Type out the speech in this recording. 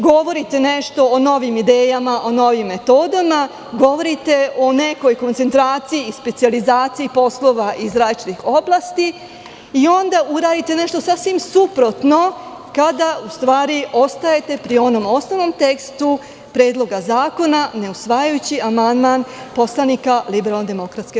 Govorite nešto o novim idejama, o novim metodama, govorite o nekoj koncentraciji i specijalizaciji poslova iz različitih oblasti i onda uradite nešto sasvim suprotno kada, u stvari, ostajete pri onom osnovnom tekstu predloga zakona, ne usvajajući amandman poslanika LDP.